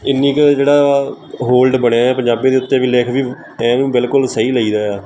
ਇੰਨੀ ਕੁ ਜਿਹੜਾ ਵਾ ਹੋਲਡ ਬਣਿਆ ਪੰਜਾਬੀ ਦੇ ਉੱਤੇ ਵੀ ਲਿਖ ਵੀ ਐਂ ਵੀ ਬਿਲਕੁਲ ਸਹੀ ਲਈਦਾ ਆ